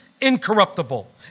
incorruptible